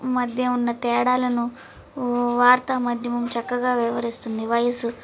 మధ్య ఉన్న తేడాలను వార్తా మాధ్యమం చక్కగా వివరిస్తుంది వయసు